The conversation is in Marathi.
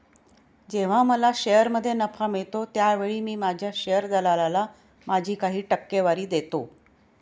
जेव्हा मला शेअरमध्ये नफा मिळतो त्यावेळी मी माझ्या शेअर दलालाला माझी काही टक्केवारी देतो